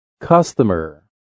Customer